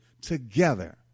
together